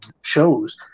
shows